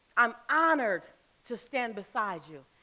i'm honored to stand beside you.